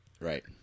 right